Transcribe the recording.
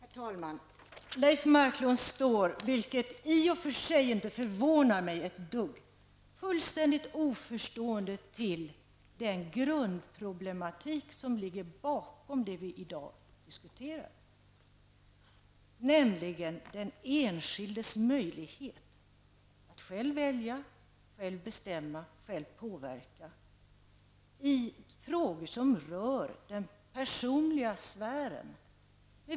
Herr talman! Leif Marklund är, vilket i och för sig inte förvånar mig ett enda dugg, fullständigt oförstående när det gäller den problematik som utgör grunden för det som vi i dag diskuterar. Det handlar nämligen om den enskildes möjligheter att själv välja, bestämma och påverka i frågor som rör den personliga sfären.